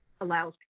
allows